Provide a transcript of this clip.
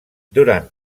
durant